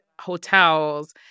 Hotels